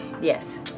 Yes